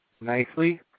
nicely